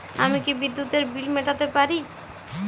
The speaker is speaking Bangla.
আমি কি বিদ্যুতের বিল মেটাতে পারি?